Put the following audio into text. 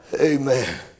Amen